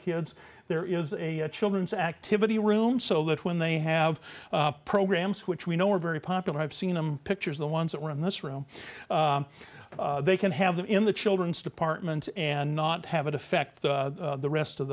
kids there is a children's activity room so that when they have programs which we know are very popular i've seen them pictures the ones that were in this room they can have them in the children's department and not have it affect the rest of